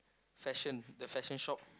fashion the fashion shop